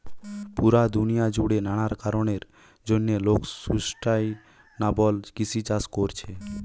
পুরা দুনিয়া জুড়ে নানা কারণের জন্যে লোক সুস্টাইনাবল কৃষি চাষ কোরছে